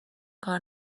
کار